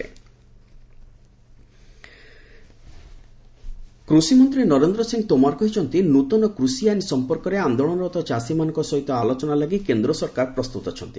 sector farmers discussion କେନ୍ଦ୍ର କୃଷିମନ୍ତ୍ରୀ ନରେନ୍ଦ୍ର ସିଂହ ତୋମାର କହିଛନ୍ତି ନୂତନ କୃଷି ଆଇନ ସମ୍ପର୍କରେ ଆନ୍ଦୋଳନରତ ଚାଷୀମାନଙ୍କ ସହିତ ଆଲୋଚନା ଲାଗି କେନ୍ଦ୍ର ସରକାର ପ୍ରସ୍ତୁତ ଅଛନ୍ତି